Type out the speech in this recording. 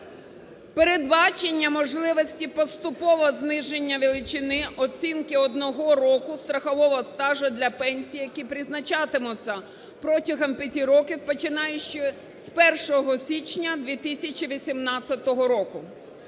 передбачення можливості поступового зниження величини оцінки одного року страхового стажу для пенсій, які призначатимуться протягом п'яти років, починаючи з 1 січня 2018 року;